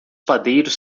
padeiros